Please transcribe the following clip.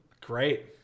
Great